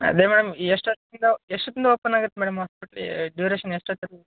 ಅದೇ ಮ್ಯಾಮ್ ಎಷ್ಟೋತ್ತಿಗೆ ಎಷ್ಟೋತ್ತಿಂದ ಓಪನ್ ಆಗುತ್ತೆ ಮೇಡಮ್ ಹಾಸ್ಪೆಟ್ಲಿ ಡ್ಯುರೇಷನ್ ಎಷ್ಟೋತ್ವರಿಗೆ